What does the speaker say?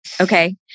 Okay